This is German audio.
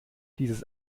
dieses